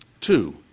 Two